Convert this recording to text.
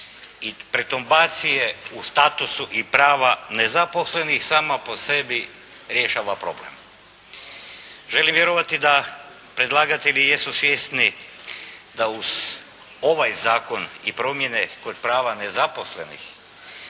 i pretumbacije u statusu i prava nezaposlenih sama po sebi rješava problem. Želim vjerovati da predlagatelji jesu svjesni da uz ovaj zakon i promjene kod prava nezaposlenih